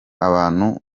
abantu